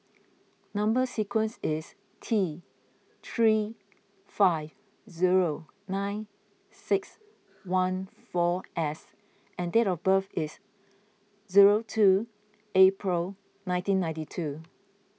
Number Sequence is T three five zero nine six one four S and date of birth is zero two April nineteen ninety two